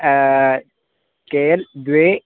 के L द्वे